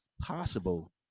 possible